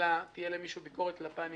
חלילה תהיה למישהו ביקורת כלפיי אני